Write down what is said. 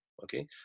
Okay